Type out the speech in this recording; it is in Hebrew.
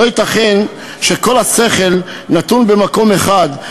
לא ייתכן שכל השכל נתון במקום אחד,